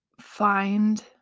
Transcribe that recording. find